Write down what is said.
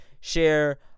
share